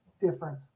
different